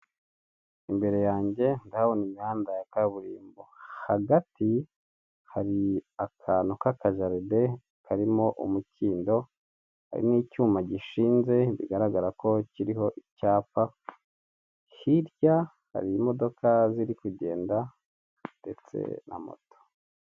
Imbere yanjye ndabona imihanda ya kaburimbo hagati hari akantu kakajaride karimo umukindo, harimo icyuma gishinze bigaragara ko kiriho icyapa, hirya hari imodoka ziri kugenda ndetse na moto.